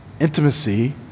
intimacy